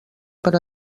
per